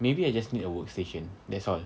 maybe I just need a workstation that's all